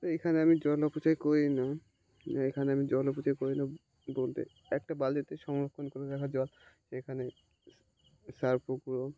তো এখানে আমি জল অপচয় করি না এখানে আমি জল অপচয় করি না বলতে একটা বালতিতে সংরক্ষণ করে রাখা জল এখানে সার্ফের গুঁড়ো